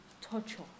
torture